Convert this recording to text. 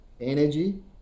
energy